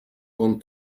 con